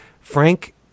Frank